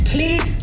Please